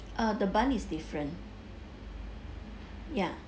uh the bun is different ya